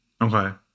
okay